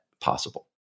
possible